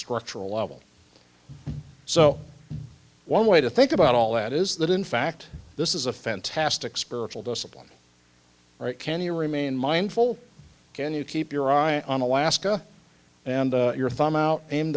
structural level so one way to think about all that is that in fact this is a fantastic spiritual discipline can you remain mindful can you keep your eye on alaska and your thumb out in